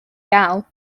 gal